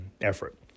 effort